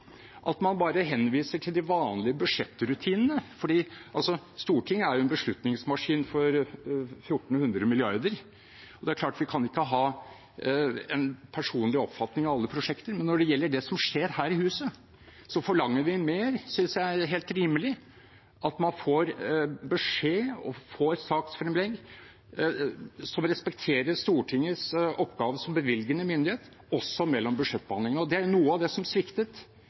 at man bare henviser til de vanlige budsjettrutinene. Stortinget er en beslutningsmaskin for 1 400 mrd. kr, og det er klart at vi kan ikke ha en personlig oppfatning av alle prosjekter. Men når det gjelder det som skjer her i huset, forlanger vi mer – jeg synes det er helt rimelig at vi får beskjed og får saksfremlegg som respekterer Stortingets oppgave som bevilgende myndighet også mellom budsjettbehandlingene. Det er noe av det som sviktet